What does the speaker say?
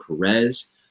Perez